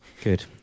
Good